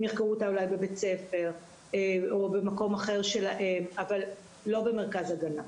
הם יחקרו אותה אולי בבית ספר או במקום אחר שלהם אבל לא במרכז הגנה.